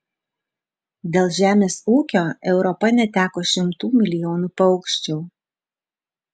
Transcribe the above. dėl žemės ūkio europa neteko šimtų milijonų paukščių